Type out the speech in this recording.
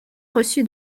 reçu